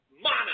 Mana